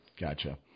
Gotcha